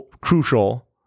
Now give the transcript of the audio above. crucial